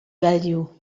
value